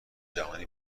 جهانی